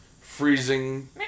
freezing